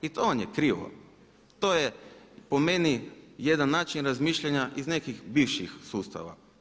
I to vam je krivo, to je po meni jedan način razmišljanja iz nekih bivših sustava.